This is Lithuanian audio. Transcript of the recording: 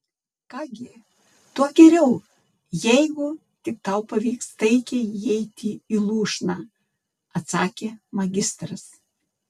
ką gi tuo geriau jeigu tik tau pavyks taikiai įeiti į lūšną atsakė magistras